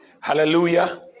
Hallelujah